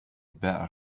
better